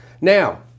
Now